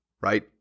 right